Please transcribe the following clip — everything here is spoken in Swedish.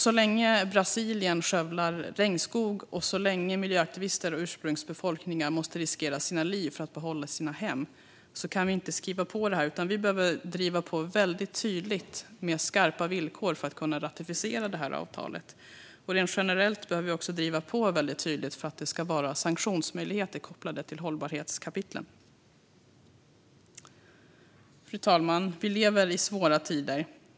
Så länge Brasilien skövlar regnskog och så länge miljöaktivister och ursprungsbefolkningar måste riskera sina liv för att behålla sina hem kan vi inte skriva på det här. Vi behöver driva på väldigt tydligt med skarpa villkor för att kunna ratificera avtalet. Rent generellt behöver vi driva på väldigt tydligt för att det ska finnas sanktionsmöjligheter kopplade till hållbarhetskapitlen. Fru talman! Vi lever i svåra tider.